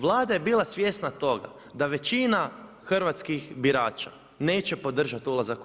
Vlada je bila svjesna toga da većina hrvatskih birača neće podržati ulazak u EU.